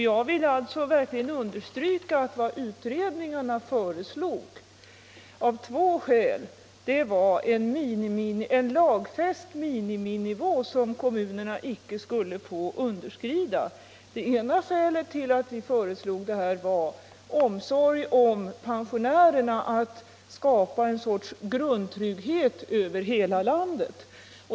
Jag vill verkligen understryka att vad utredningen föreslog — av två skäl — var en lagfäst miniminivå, som kommunerna inte skulle få underskrida. Det ena skälet till att vi föreslog det var omsorgen om pensionärerna — önskan att skapa en grundtrygghet över hela landet.